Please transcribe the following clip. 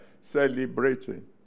celebrating